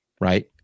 right